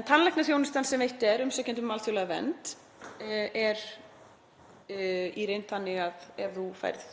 En tannlæknaþjónustan sem veitt er umsækjendum um alþjóðlega vernd er í reynd þannig að ef þú færð